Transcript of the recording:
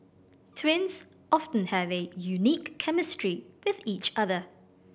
twins often have a unique chemistry with each other